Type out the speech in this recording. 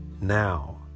now